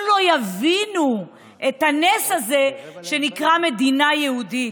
לא יבינו את הנס הזה שנקרא מדינה יהודית,